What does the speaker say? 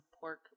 pork